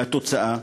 התוצאה,